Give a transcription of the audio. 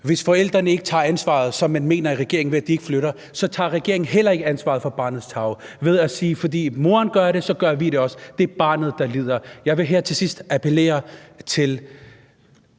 Hvis forældrene ikke tager ansvaret, som man mener i regeringen, når de ikke flytter, tager regeringen heller ikke ansvaret for barnets tarv, når regeringen siger: Fordi moderen gør det, gør vi det også. På den måde er det barnet, der kommer til at lide. Jeg vil